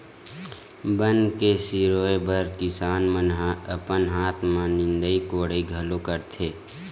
बन के सिरोय बर किसान मन ह अपन हाथ म निंदई कोड़ई घलो करथे